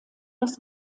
das